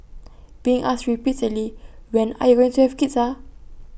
being asked repeatedly when are you going to have kids ah